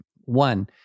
One